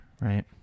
right